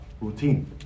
Routine